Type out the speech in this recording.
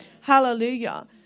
hallelujah